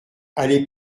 allée